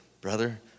brother